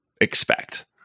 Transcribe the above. expect